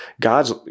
God's